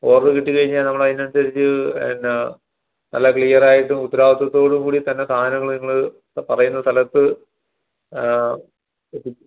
order കിട്ടിക്കഴിഞ്ഞാൽ നമ്മളതിനനുസരിച്ച് എന്നാൽ നല്ല ക്ലിയറായിട്ടും ഉത്തരവാദിത്വത്തോടുകൂടിയും തന്നെ സാധനങ്ങൾ നിങ്ങൾ പറയുന്ന സ്ഥലത്ത് എത്തിക്കും